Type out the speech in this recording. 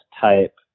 type